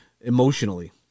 emotionally